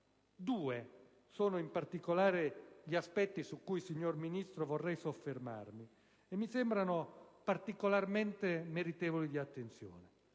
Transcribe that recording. Due sono in particolare gli aspetti su cui, signora Ministro, vorrei soffermarmi, perché mi sembrano meritevoli di attenzione.